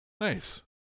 Nice